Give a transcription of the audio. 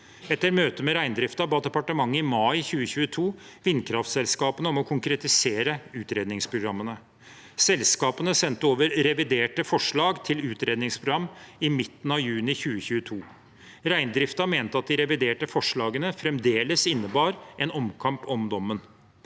Etter møter med reindriften ba departementet i mai 2022 vindkraftselskapene om å konkretisere utredningsprogrammene. Selskapene sendte over reviderte forslag til utredningsprogram i midten av juni 2022. Reindriften mente at de reviderte forslagene fremdeles innebar en omkamp om dommen.